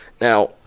Now